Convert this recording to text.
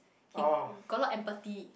he got a lot empathy